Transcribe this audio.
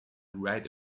right